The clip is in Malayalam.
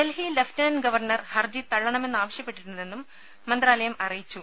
ഡൽഹി ലെഫ്റ്റനന്റ് ഗവർണർ ഹർജി തള്ളണമെന്നാവശ്യപ്പെട്ടിട്ടുണ്ടെന്നും മന്ത്രാലയം അറിയിച്ചു